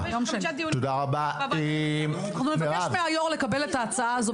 אנחנו נבקש מהיו"ר לקבל את ההצעה הזאת,